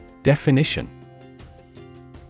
Definition